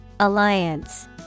Alliance